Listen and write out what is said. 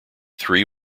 three